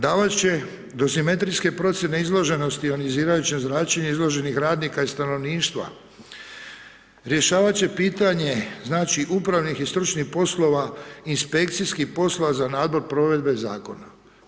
Davat će dozimetrijske procjene izloženosti analizirajući zračenje izloženih radnika i stanovništva, rješavat će pitanje, znači upravnih i stručnih poslova, inspekcijskih poslova za nadzor provedbe Zakona.